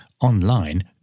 online